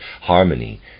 harmony